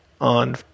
on